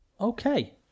Okay